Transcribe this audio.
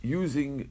using